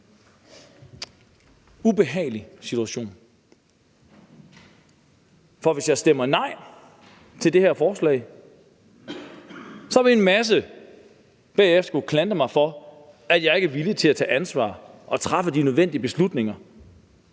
ubehagelig situation. For hvis jeg stemmer nej til det her forslag, vil en masse bagefter kunne klandre mig for, at jeg ikke er villig til at tage ansvar og træffe de nødvendige beslutninger,